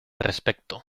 respecto